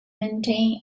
maintain